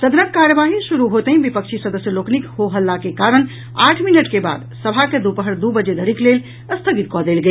सदनक कार्यवाही शुरू होयतहि विपक्षी सदस्य लोकनिक हो हल्ला के कारण आठ मिनट के बाद सभा के दुपहर दू बजे धरिक लेल स्थगित कऽ देल गेल